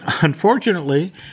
Unfortunately